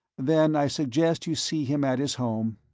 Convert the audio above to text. then i suggest you see him at his home.